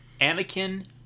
Anakin